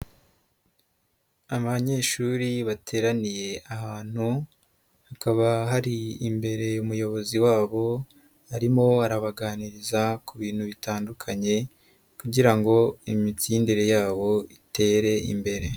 Abanyeshuri bateraniye ahantu hakaba hari imbere umuyobozi wabo arimo arabaganiriza ku bintu bitandukanye kugira ngo imitsindire yabo itere imbere.